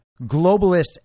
globalist